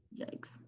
Yikes